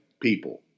people